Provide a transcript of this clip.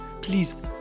please